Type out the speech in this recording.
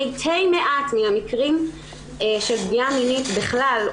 מתי מעט מהמקרים של פגיעה מינית בכלל,